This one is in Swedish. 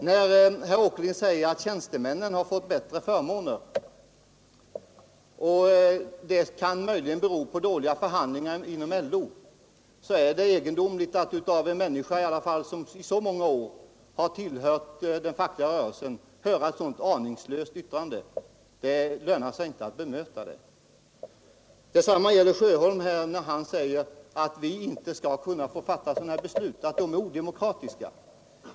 När herr Åkerlind säger att tjänstemännen har fått bättre förmåner och att det möjligen kan bero på dåliga förhandlare inom LO, så är det egendomligt att av en människa, som i alla fall under så många år har tillhört den fackliga rörelsen, få höra ett sådant aningslöst yttrande. Det lönar sig inte att bemöta det. Detsamma gäller herr Sjöholm när han säger att vi inte skall kunna få fatta sådana här beslut och att de är odemokratiska.